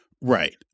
right